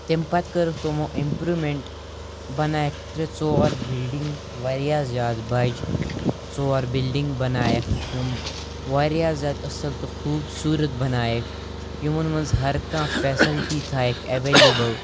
تمہِ پَتہٕ کٔر تٕمو اِمپرٛوٗمٮ۪نٛٹ بَنایکھ ترٛےٚ ژور بِلڈِنٛگ واریاہ زیادٕ بَجہِ ژور بِلڈِنٛگ بَنایکھ یِم واریاہ زیادٕ أصٕل تہٕ خوٗبصوٗرت بَنایکھ یِمَن منٛز ہرکانٛہہ فیسلٹی تھایکھ ایویلیبٕل